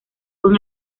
con